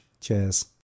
Cheers